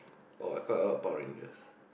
oh quite a lot of Power Rangers